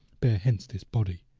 bear hence this body,